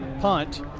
punt